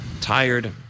tired